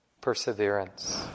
perseverance